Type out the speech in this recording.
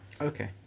Okay